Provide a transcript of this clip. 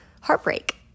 heartbreak